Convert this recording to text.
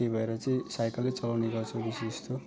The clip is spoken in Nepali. त्यही भएर चाहिँ साइकलै चलाउने गर्छ बेसी जस्तो